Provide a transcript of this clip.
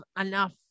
enough